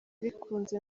bikunze